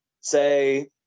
say